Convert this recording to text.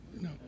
No